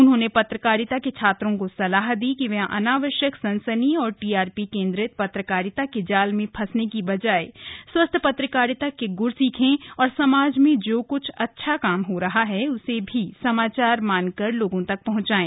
उन्होंने पत्रकारिता के छात्रों को सलाह दी कि वे अनावश्यक सनसनी और टीआरपी केंद्रित पत्रकारिता के जाल में फंसने की बजाय स्वस्थ पत्रकारिता के ग्र सीखें और समाज में जो क्छ अच्छा काम हो रहा है उसे भी समाचार मानकर लोगों तक पहंचाएं